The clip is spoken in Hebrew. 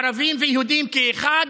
ערבים ויהודים כאחד.